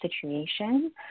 situation